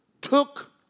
took